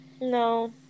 No